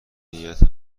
نیت